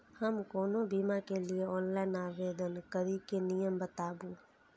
हम कोनो बीमा के लिए ऑनलाइन आवेदन करीके नियम बाताबू?